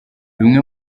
bimwe